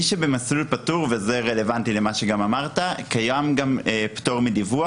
מי שבמסלול פטור וזה רלוונטי למה שגם אמרת קיים גם פטור מדיווח.